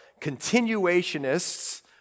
continuationists